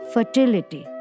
Fertility